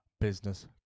business